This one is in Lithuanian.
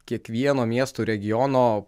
kiekvieno miesto regiono